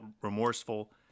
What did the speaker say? remorseful